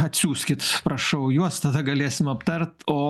atsiųskit prašau juos tada galėsim aptart o